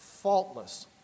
faultless